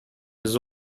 his